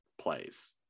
plays